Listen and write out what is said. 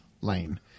lane